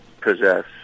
possess